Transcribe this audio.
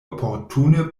oportune